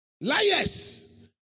Liars